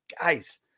Guys